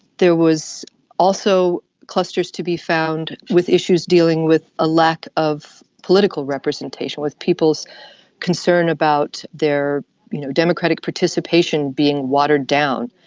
there was also clusters to be found with issues dealing with a lack of political representation, with people's concern about their you know democratic participation being watered down.